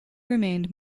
remained